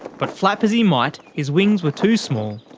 but flap as he might, his wings were too small.